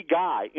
guy